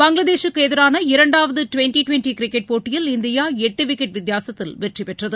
பங்களாதேசுக்கு எதிரான இரண்டாவது twenty twenty cricket போட்டியில் இந்தியா எட்டு விக்கெட் வித்தியாசத்தில் வெற்றி பெற்றது